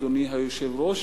אדוני היושב-ראש,